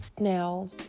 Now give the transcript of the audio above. Now